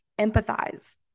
empathize